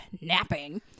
napping